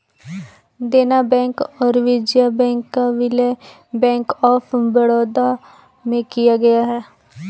देना बैंक और विजया बैंक का विलय बैंक ऑफ बड़ौदा में किया गया है